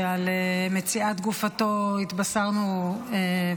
שעל מציאת גופתו התבשרנו הבוקר,